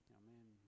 amen